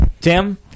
Tim